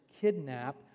kidnap